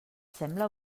sembla